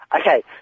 Okay